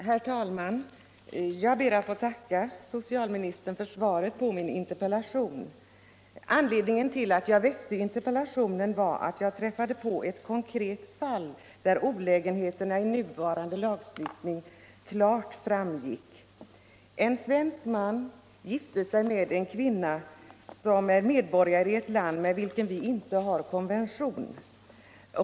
Herr talman! Jag ber att få tacka socialministern för svaret på min interpellation. Anledningen till att jag väckte interpellationen var att jag träffade på ett konkret fall där olägenheterna av nuvarande lagstiftning klart framgick. En svensk man gifte sig med en kvinna som är medborgare i ett land med vilket vi inte har konvention.